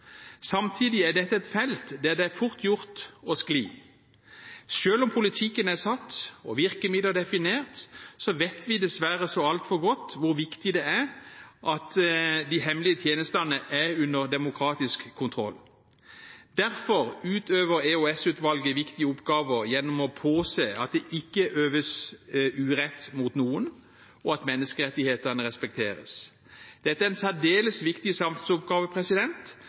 Samtidig er dette et felt der det er fort gjort å skli. Selv om politikken er satt og virkemidler definert, vet vi dessverre så altfor godt hvor viktig det er at de hemmelige tjenestene er under demokratisk kontroll. Derfor utøver EOS-utvalget viktige oppgaver gjennom å påse at det ikke øves urett mot noen og at menneskerettighetene respekteres. Dette er en særdeles viktig samfunnsoppgave,